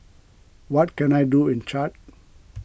what can I do in Chad